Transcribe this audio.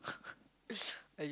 !aiyo!